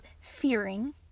fearing